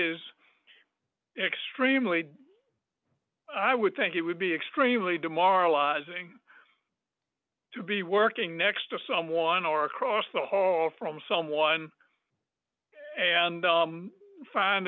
is extremely i would think it would be extremely demoralizing to be working next to someone or across the hall from someone and i find